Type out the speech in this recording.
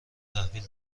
تحویل